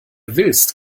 willst